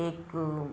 एक